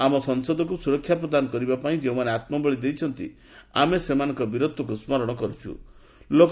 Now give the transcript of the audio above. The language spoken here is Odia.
ଆମ ସଂସଦକୁ ସୁରକ୍ଷା ପ୍ରଦାନ କରିବାପାଇଁ ଯେଉଁମାନେ ଆତ୍ମବଳୀ ଦେଇଛନ୍ତି ଆମେ ସେମାନଙ୍କ ବୀରତ୍ୱକୁ ସ୍ମରଣ କର୍ତ୍ଥ